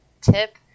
tip